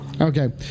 Okay